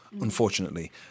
unfortunately